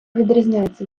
відрізняється